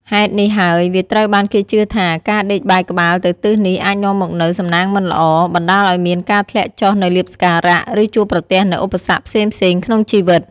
ហេតុនេះហើយ វាត្រូវបានគេជឿថា ការដេកបែរក្បាលទៅទិសនេះអាចនាំមកនូវ សំណាងមិនល្អ បណ្ដាលឱ្យមានការធ្លាក់ចុះនូវលាភសក្ការៈ ឬជួបប្រទះនូវឧបសគ្គផ្សេងៗក្នុងជីវិត។